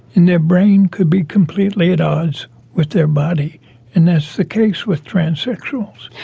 and their brain could be completely at odds with their body and that's the case with transsexuals.